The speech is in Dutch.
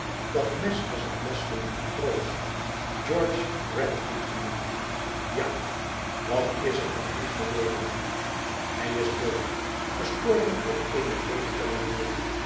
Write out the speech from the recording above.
dat mes was het mes van een matroos george radfoot genoemd ja wat is er van hem geworden hij is dood gestorven op eene leelijke manier